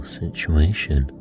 situation